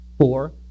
four